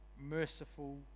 merciful